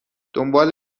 دنبال